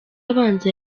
abanza